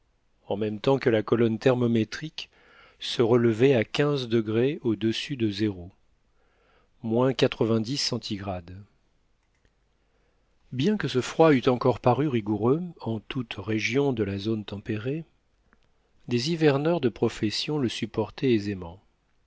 en même temps que la colonne thermométrique se relevait à quinze degrés au dessus de zéro bien que ce froid eût encore paru rigoureux en toute région de la zone tempérée des hiverneurs de profession le supportaient aisément